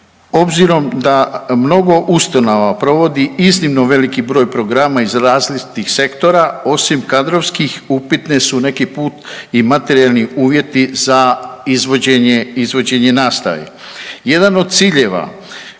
Obzirom da mnogo ustanova provodi iznimno veliki broj programa iz različitih sektora osim kadrovski upitne su neki put i materijalni uvjeti za izvođenje nastave. Jedan od ciljeva